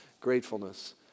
Gratefulness